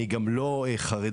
אני גם לא חרדי,